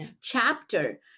chapter